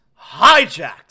hijacked